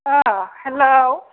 औ हेलौ